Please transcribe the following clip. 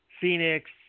Phoenix